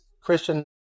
Christian